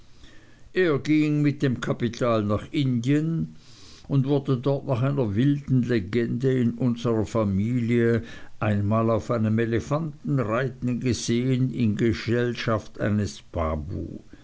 er ging mit dem kapital nach indien und wurde dort nach einer wilden legende in unserer familie einmal auf einem elefanten reiten gesehen in gesellschaft eines babu